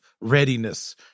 readiness